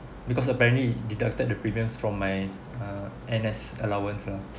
because apparently it deducted the premiums from my err and N_S allowance lah